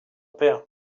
père